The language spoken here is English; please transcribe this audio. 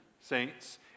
saints